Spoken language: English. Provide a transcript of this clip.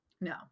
No